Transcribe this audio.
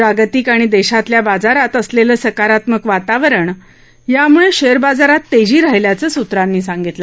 जागतिक आणि देशातल्या बाजारात असलेलं सकारात्मक वातावरण यामुळे शेअर बाजारात तेजी राहिल्याचं सुत्रांनी सांगितलं